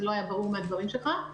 זה לא היה ברור מהדברים שלך.